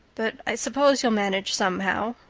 but i suppose you'll manage somehow.